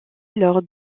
lors